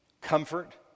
comfort